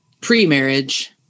pre-marriage